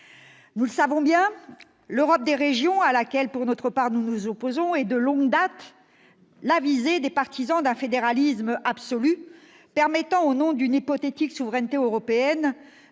Nous le savons bien, l'Europe des régions, à laquelle nous nous opposons, pour notre part, est de longue date la visée des partisans d'un fédéralisme absolu permettant, au nom d'une hypothétique souveraineté européenne,